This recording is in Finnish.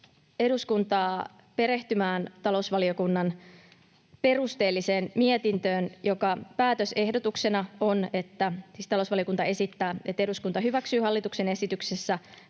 eduskuntaa perehtymään talousvaliokunnan perusteelliseen mietintöön, jonka päätösehdotuksena on, siis talousvaliokunta esittää, että eduskunta hyväksyy hallituksen esityksessä